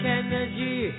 energy